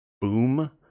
boom